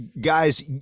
guys